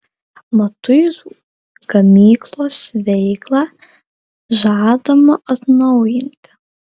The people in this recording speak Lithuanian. matuizų gamyklos veiklą žadama atnaujinti